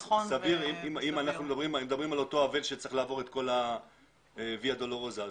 סביר אם אנחנו מדברים על אותו אבל שצריך לעבור את כל הדרך הזאת.